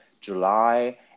July